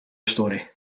story